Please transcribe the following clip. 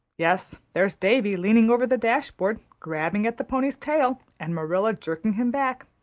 yes, there's davy leaning over the dashboard grabbing at the pony's tail and marilla jerking him back.